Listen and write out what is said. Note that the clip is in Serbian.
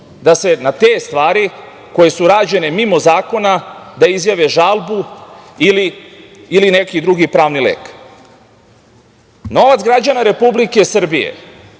da se na te stvari, koje su rađene mimo zakona, da izjave žalbu ili neki drugi pravni lek. Novac građana Republike Srbije